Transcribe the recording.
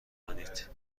کنید